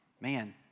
Man